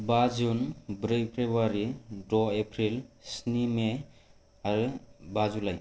बा जुन ब्रै फेब्रुवारि द एप्रिल स्नि मे आरो बा जुलाइ